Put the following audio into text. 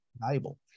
valuable